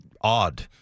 odd